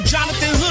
Jonathan